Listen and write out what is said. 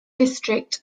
district